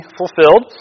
fulfilled